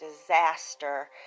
disaster